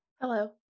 Hello